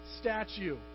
statue